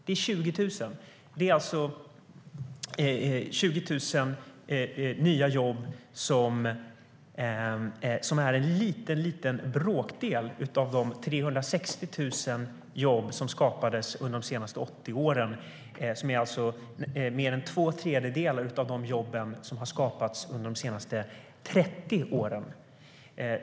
De 20 000 traineejobben utgör en liten bråkdel av de 360 000 jobb som skapades under de senaste åtta åren. Det är mer än två tredjedelar av de jobb som har skapats under de senaste 30 åren.